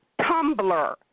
Tumblr